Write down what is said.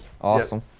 Awesome